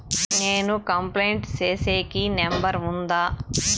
నేను కంప్లైంట్ సేసేకి నెంబర్ ఉందా?